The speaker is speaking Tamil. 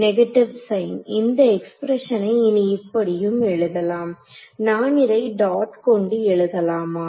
நெகட்டிவ் சைன் இந்த எக்ஸ்பிரஸனை இனி இப்படியும் எழுதலாம் நான் இதை இந்த டாட் கொண்டு எழுதலாமா